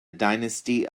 dynasty